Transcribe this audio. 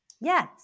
Yes